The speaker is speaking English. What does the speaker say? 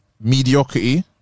mediocrity